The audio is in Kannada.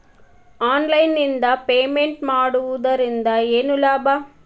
ಆನ್ಲೈನ್ ನಿಂದ ಪೇಮೆಂಟ್ ಮಾಡುವುದರಿಂದ ಏನು ಲಾಭ?